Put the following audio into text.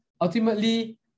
ultimately